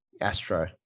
astro